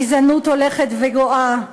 גזענות הולכת וגואה,